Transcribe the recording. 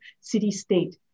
city-state